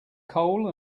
coal